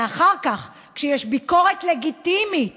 ואחר כך, כשיש ביקורת לגיטימית